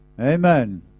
Amen